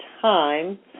time